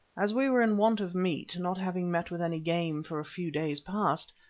as we were in want of meat, not having met with any game for a few days past,